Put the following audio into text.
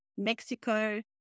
Mexico